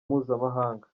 mpuzamahanga